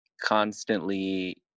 constantly